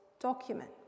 document